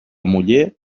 muller